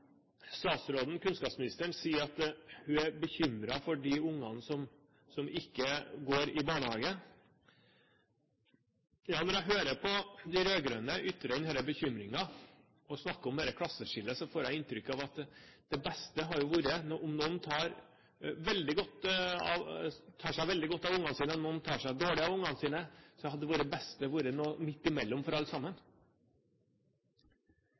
Kunnskapsministeren sier at hun er bekymret for de barna som ikke går i barnehage. Når jeg hører at de rød-grønne har bekymringer og snakker om dette klasseskillet, får jeg inntrykk av at det er noen som tar seg veldig godt av barna sine, og noen som tar seg dårlig av barna sine – og at det beste hadde vært noe midt imellom for alle sammen.